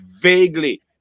vaguely